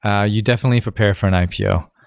ah you definitely prepare for an ipo.